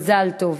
מזל טוב.